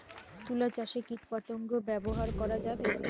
তুলা চাষে কীটপতঙ্গ ব্যবহার করা যাবে?